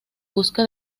busca